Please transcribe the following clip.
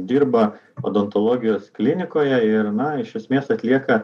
dirba odontologijos klinikoje ir na iš esmės atlieka